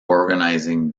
organising